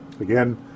again